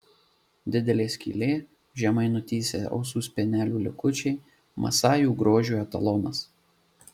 didelė skylė žemai nutįsę ausų spenelių likučiai masajų grožio etalonas